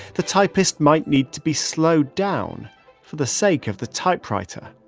the typist might need to be slowed down for the sake of the typewriter.